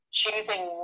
choosing